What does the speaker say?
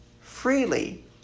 freely